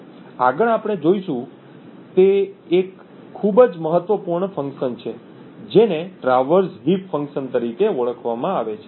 આગળ આપણે જોઈશું તે એક ખૂબ જ મહત્વપૂર્ણ ફંક્શન છે જેને ટ્રાવર્સ હીપ ફંક્શન તરીકે ઓળખવામાં આવે છે